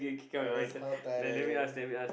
ya that's how tired I am